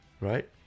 right